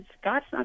Scott's